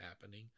happening